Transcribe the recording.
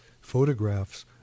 photographs